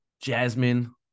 Jasmine